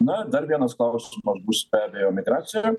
na dar vienas klausimas bus be abejo migracija